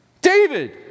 David